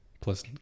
plus